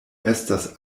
estas